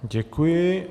Děkuji.